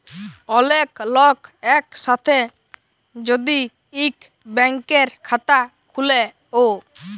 ওলেক লক এক সাথে যদি ইক ব্যাংকের খাতা খুলে ও